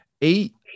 eight